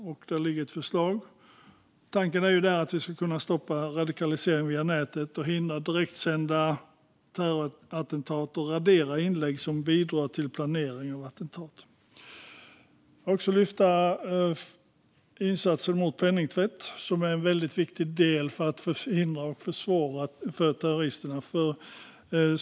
Där ligger ett förslag. Tanken är att vi ska kunna stoppa radikalisering via nätet, förhindra direktsända terrorattentat och radera inlägg som bidrar till planering av attentat. Jag vill lyfta fram insatser mot penningtvätt, som är en viktig del i att förhindra och försvåra för terroristerna.